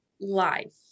life